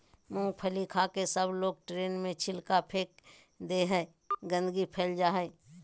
मूँगफली खाके सबलोग ट्रेन में छिलका फेक दे हई, गंदगी फैल जा हई